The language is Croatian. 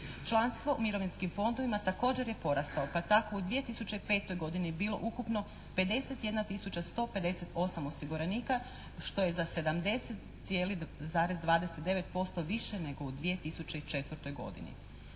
Članstvo u mirovinskim fondovima također je porastao pa tako u 2005. godini je bilo ukupno 51 tisuća 158 osiguranika što je za 70,29% više nego u 2004. godini.